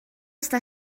està